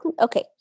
Okay